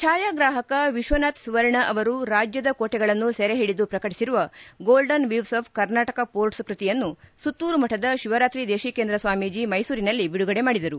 ಛಾಯಗ್ರಾಹಕ ವಿಶ್ವನಾಥ್ ಸುವರ್ಣ ಅವರು ರಾಜ್ಯದ ಕೋಟೆಗಳನ್ನು ಸೆರೆ ಹಿಡಿದು ಪ್ರಕಟಿಸಿರುವ golden weave of Karnataka forts ಕೃತಿಯನ್ನು ಸುತ್ತೂರು ಮಠದ ಶಿವರಾತ್ರಿ ದೇಶಿಕೇಂದ್ರ ಸ್ವಾಮೀಜಿ ಮೈಸೂರಿನಲ್ಲಿ ಬಿಡುಗಡೆ ಮಾಡಿದರು